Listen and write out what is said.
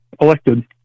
elected